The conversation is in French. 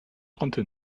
trente